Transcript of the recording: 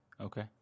Okay